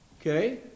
Okay